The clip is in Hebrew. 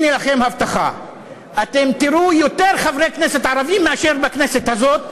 הנה לכם הבטחה: אתם תראו יותר חברי כנסת ערבים מאשר בכנסת הזאת.